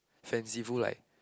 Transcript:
fanciful like